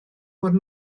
bod